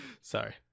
Sorry